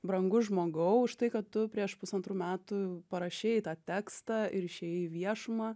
brangus žmogau už tai kad tu prieš pusantrų metų parašytą tekstą ir išėjai į viešumą